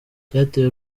icyateye